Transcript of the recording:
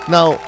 Now